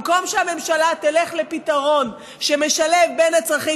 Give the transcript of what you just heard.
במקום שהממשלה תלך לפתרון שמשלב בין הצרכים,